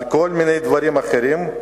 על כל מיני דברים אחרים.